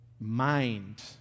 mind